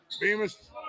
Bemis